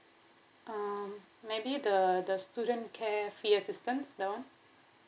um maybe the the student care fee assistance that one